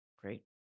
Great